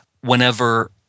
whenever